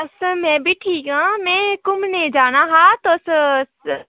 बस में बी ठीक आं में घुम्मने ई जाना हा तुस